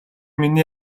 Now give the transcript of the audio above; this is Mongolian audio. миний